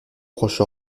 proche